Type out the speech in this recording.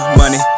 money